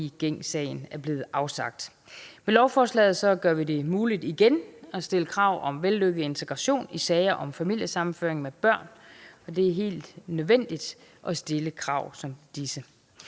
dom i Gencsagen er blevet afsagt. Med lovforslaget gør vi det muligt igen at stille krav om vellykket integration i sager om familiesammenføring med børn, og det er helt nødvendigt at stille krav som disse.